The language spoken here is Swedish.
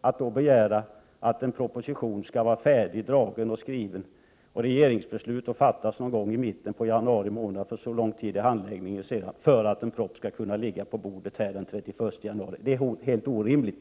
Att då begära att en proposition skall vara färdig och att ett regeringsbeslut fattas någon gång i mitten av januari — så lång tid tar sedan handläggningen, för att propositionen skall kunna föreligga den 31 januari — är helt orimligt.